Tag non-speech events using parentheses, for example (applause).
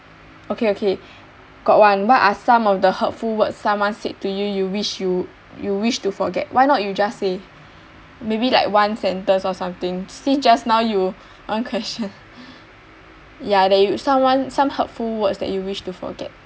okay okay got one what are some of the hurtful words someone said to you you wish you you wish to forget why not you just say maybe like one sentence or something since just now you (laughs) one question ya that you someone some hurtful words that you wish to forget